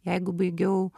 jeigu baigiau